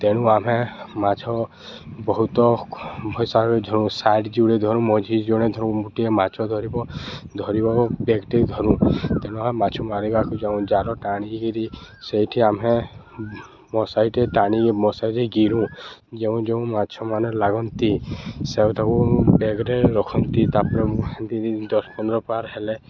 ତେଣୁ ଆମେ ମାଛ ବହୁତ ଭଇସା ଧରୁ ସାଇଡ଼୍ ଯୁଡ଼େ ଧରୁ ମଝି ଜଣେ ଗୋଟିଏ ମାଛ ଧରିବ ଧରିବା ବେଗ୍ଟେ ଧରୁ ତେଣୁ ଆମେ ମାଛ ମାରିବାକୁ ଯାଉ ଜାଲ ଟାଣିକିରି ସେଇଠି ଆମେ ମଶାଇଟେ ଟାଣିକି ମଶାଇରେ ଗିହୁ ଯେଉଁ ଯେଉଁ ମାଛ ମାନେ ଲାଗନ୍ତି ସେ ତାକୁ ବେଗ୍ରେ ରଖନ୍ତି ତା'ପରେ ଦୁଇ ଦଶ ପନ୍ଦର ପାର ହେଲେ